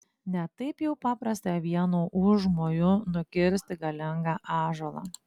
ne taip jau paprasta vienu užmoju nukirsti galingą ąžuolą